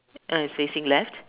uh it's facing left